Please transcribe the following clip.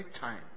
time